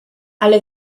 ale